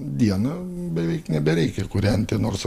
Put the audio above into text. dieną beveik nebereikia kūrenti nors